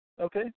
Okay